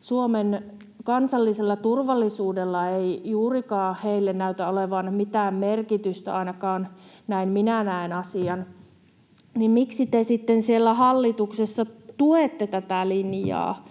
Suomen kansallisella turvallisuudella ei juurikaan heille näytä olevan mitään merkitystä, ainakin näin minä näen asian. Miksi te sitten siellä hallituksessa tuette tätä linjaa?